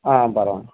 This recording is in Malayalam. ആ പറ